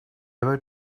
ever